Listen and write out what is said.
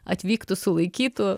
atvyktų sulaikytų